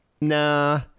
nah